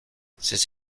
ces